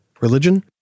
religion